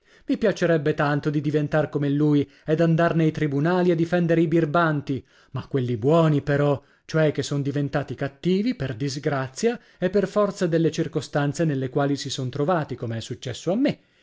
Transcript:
i piacerebbe tanto dì diventar come lui e d'andar nei tribunali a difendere i birbanti ma quelli buoni però cioè che son diventati cattivi per disgrazia e per forza delle circostanze nelle quali si son trovati come è successo a me